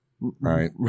right